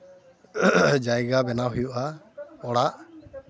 ᱡᱟᱭᱜᱟ ᱵᱮᱱᱟᱣ ᱦᱩᱭᱩᱜᱼᱟ ᱚᱲᱟᱜ